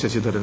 Sasidharan